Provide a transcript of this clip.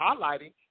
highlighting